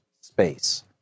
space